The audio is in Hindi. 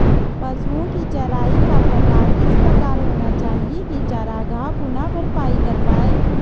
पशुओ की चराई का प्रकार इस प्रकार होना चाहिए की चरागाह पुनः भरपाई कर पाए